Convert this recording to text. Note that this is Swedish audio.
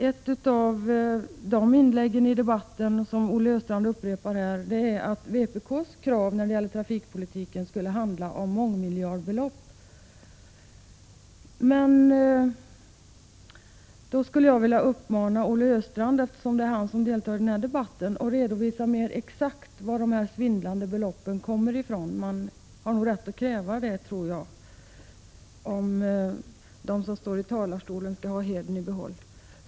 Ett av argumenten i den debatten som Olle Östrand här upprepade är att vpk:s krav på trafikpolitikens område skulle kosta mångmiljardbelopp. Jag skulle då vilja uppmana Olle Östrand, eftersom det är han som deltar från socialdemokraternas sida i den här debatten, att mer exakt redovisa varifrån dessa svindlande belopp kommer — man har nog rätt att kräva det av en debattör om han vill ha hedern i behåll.